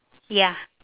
ya